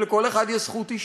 שלכל אחד יש זכות אישית,